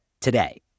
today